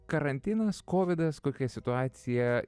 karantinas kovidas kokia situacija